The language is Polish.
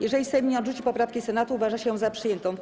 Jeżeli Sejm nie odrzuci poprawki Senatu, uważa się ją za przyjętą.